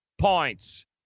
points